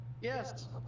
Yes